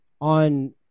on